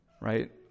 right